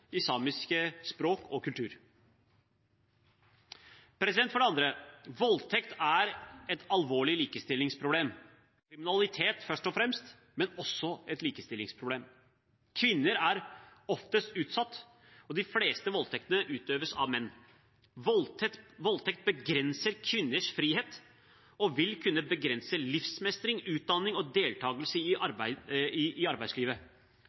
i samiske språk og kultur. For det andre: Voldtekt er et alvorlig likestillingsproblem – kriminalitet først og fremst, men også et likestillingsproblem. Kvinner er oftest utsatt, og de fleste voldtektene utøves av menn. Voldtekt begrenser kvinners frihet og vil kunne begrense livsmestring, utdanning og deltakelse i